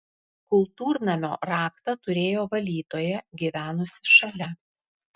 kultūrnamio raktą turėjo valytoja gyvenusi šalia